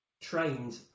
trained